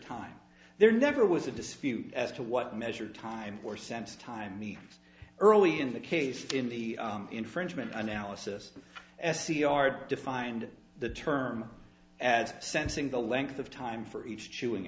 time there never was a dispute as to what measure time or sense time me early in the case in the infringement analysis s c r defined the term as sensing the length of time for each chewing